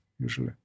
usually